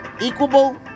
Equable